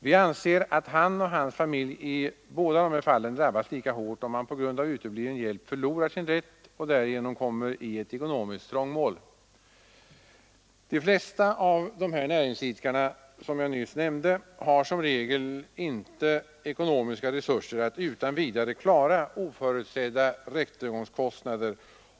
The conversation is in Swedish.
Vi anser att han och hans familj i båda dessa fall drabbas lika hårt om han på grund av utebliven hjälp förlorar sin rätt och därigenom kommer i ett ekonomiskt trångmål. De flesta av de näringsidkare som jag nyss nämnde har som regel inte ekonomiska resurser att utan vidare klara oförutsedda rättegångskostnader.